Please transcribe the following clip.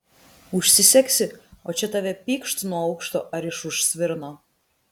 užsisegsi o čia tave pykšt nuo aukšto ar iš už svirno